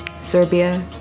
Serbia